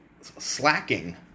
slacking